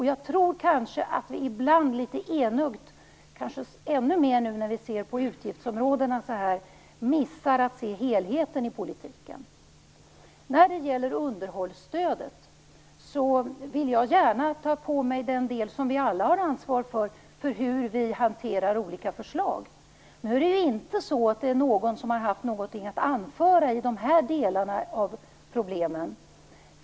Jag tror kanske att vi ibland litet enögt - kanske ännu mer nu när vi ser till utgiftsområden - missar att se helheten i politiken. När det gäller underhållsstödet vill jag gärna ta på mig den del som vi alla har ansvar för, dvs. hur vi hanterar olika förslag. Nu är det inte så att någon har haft någonting att anföra i dessa delar.